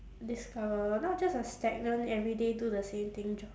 discover not just a stagnant everyday do the same thing job